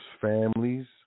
families